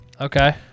okay